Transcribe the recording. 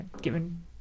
given